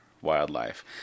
wildlife